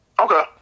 Okay